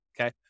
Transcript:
Okay